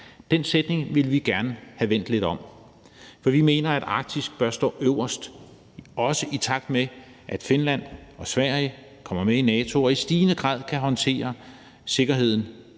Den sætning ville vi gerne have vendt lidt om, for vi mener, at Arktis bør stå øverst, også i takt med at Finland og Sverige kommer med i NATO og i stigende grad kan håndtere sikkerheden